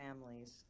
families